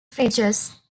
features